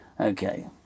Okay